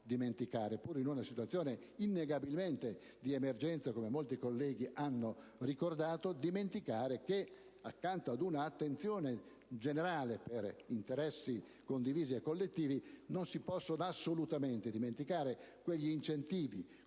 pur in una situazione innegabilmente di emergenza come molti colleghi hanno ricordato, accanto a un'attenzione generale per interessi condivisi e collettivi non si possono assolutamente dimenticare incentivi